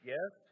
Yes